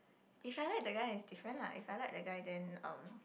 if I like the guy then it's different lah if I like the guy then um